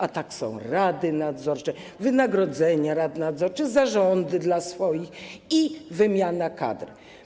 A tak są rady nadzorcze, wynagrodzenia rad nadzorczych, zarządy dla swoich i wymiana kadr.